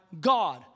God